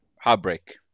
heartbreak